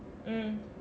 mm